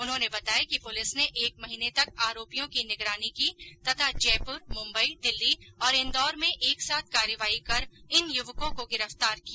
उन्होंने बताया कि पुलिस ने एक महीने तक आरोपियों की निगरानी की तथा जयपुर मुंबई दिल्ली और इंदौर में एक साथ कार्यवाही कर इन युवकों को गिरफतार किया